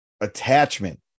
attachment